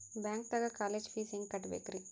ಬ್ಯಾಂಕ್ದಾಗ college fees ಹೆಂಗ್ ಕಟ್ಟ್ಬೇಕ್ರಿ?